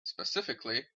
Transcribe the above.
specifically